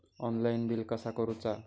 Online bill कसा करुचा?